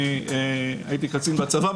הייתי קצין בצבא,